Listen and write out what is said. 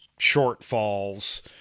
shortfalls